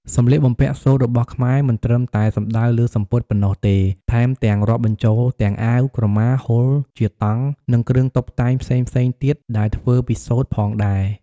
សម្លៀកបំពាក់សូត្ររបស់ខ្មែរមិនត្រឹមតែសំដៅលើសំពត់ប៉ុណ្ណោះទេ ថែមទាំងរាប់បញ្ចូលទាំងអាវ ក្រមា ហូលជាតង់ និងគ្រឿងតុបតែងផ្សេងៗទៀតដែលធ្វើពីសូត្រផងដែរ។